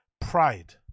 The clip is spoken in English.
Pride